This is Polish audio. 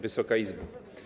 Wysoka Izbo!